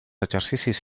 exercicis